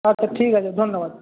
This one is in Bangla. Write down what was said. আচ্ছা ঠিক আছে ধন্যবাদ